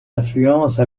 influence